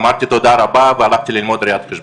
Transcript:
אמרתי תודה רבה והלכתי ללמוד ראיית חשבון.